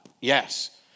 yes